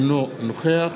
אינו נוכח